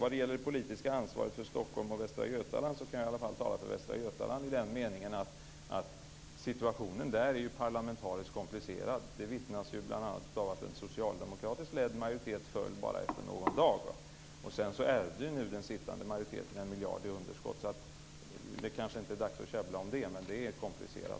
När det gäller det politiska ansvaret för Stockholm och Västra Götaland, kan jag i alla fall tala för Västra Götaland i den meningen att situationen där ju är parlamentariskt komplicerad. Det vittnar ju bl.a. det faktum om att en socialdemokratiskt ledd majoritet föll efter bara någon dag. Sedan ärvde den nu sittande majoriteten 1 miljard i underskott. Det kanske inte är dags att käbbla om det, men visst är det komplicerat.